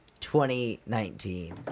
2019